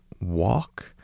walk